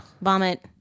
Vomit